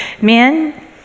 Men